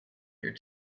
here